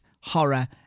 horror